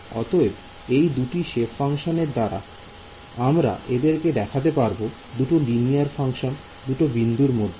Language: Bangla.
অতএব এই দুটি সেপ ফাংশন এর দ্বারা আমরা এদেরকে দেখাতে পারব দুটো লিনিয়ার ফাংশন দুটো বিন্দুর মধ্যে